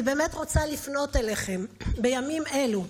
אני באמת רוצה לפנות אליכם בימים אלה,